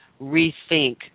rethink